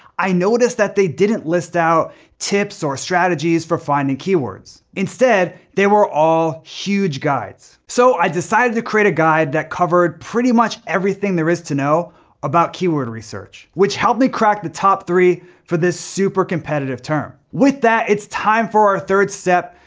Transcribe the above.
i noticed that they didn't list out tips or strategies for finding keywords. instead, they were all huge guides. so i decided to create a guide that covered pretty much everything there is to know about keyword research, which helped me crack the top three for this super competitive term. with that, it's time for third step.